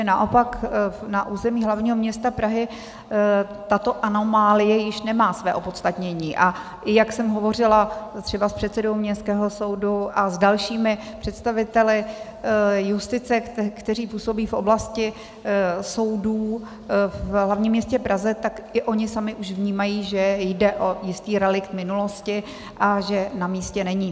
Naopak na území hlavního města Prahy tato anomálie již nemá své opodstatnění, a i jak jsem hovořila třeba s předsedou Městského soudu a s dalšími představiteli justice, kteří působí v oblasti soudů v hlavním městě Praze, tak i oni sami už vnímají, že jde o jistý relikt minulosti a že na místě není.